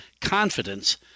confidence